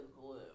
glue